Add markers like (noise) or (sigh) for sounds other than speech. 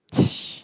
(noise)